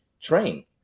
train